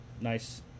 Nice